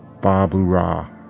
Barbara